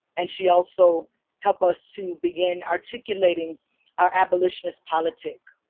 and she also helped us to begin articulating our abolitionist politic,